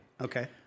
Okay